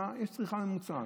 יש צריכה ממוצעת.